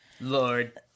Lord